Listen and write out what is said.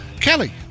Kelly